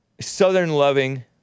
southern-loving